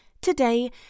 today